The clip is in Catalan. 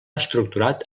estructurat